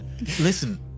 Listen